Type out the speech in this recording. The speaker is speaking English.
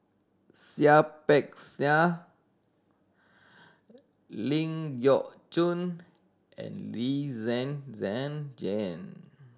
Seah Peck Seah Ling Geok Choon and Lee Zhen Zhen Jane